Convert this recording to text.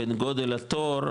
בין גודל התור,